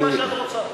מה שאת רוצה.